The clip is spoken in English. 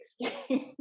excuse